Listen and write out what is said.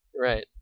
Right